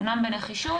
אמנם בנחישות,